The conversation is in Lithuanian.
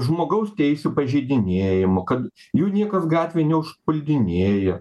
žmogaus teisių pažeidinėjimų kad jų niekas gatvėj neužpuldinėja